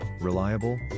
reliable